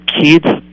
kids